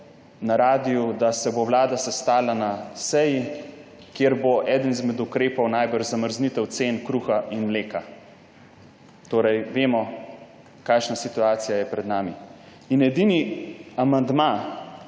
na radiu, da se bo vlada sestala na seji, kjer bo eden izmed ukrepov najbrž zamrznitev cen kruha in mleka. Vemo, kakšna situacija je pred nami. Edini amandma,